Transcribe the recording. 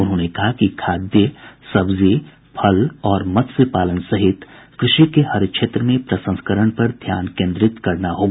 उन्होंने कहा कि खाद्य सब्जी फल और मत्स्य पालन सहित कृषि के हर क्षेत्र में प्रसंस्करण पर ध्यान केंद्रित करना होगा